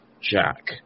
Jack